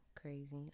crazy